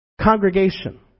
congregation